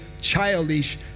childish